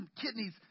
kidneys